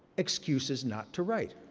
excuses not to write.